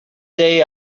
day